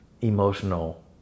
emotional